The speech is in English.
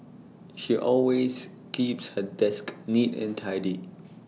she always keeps her desk neat and tidy